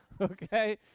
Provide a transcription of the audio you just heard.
Okay